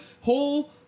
whole